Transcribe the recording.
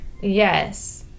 Yes